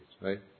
right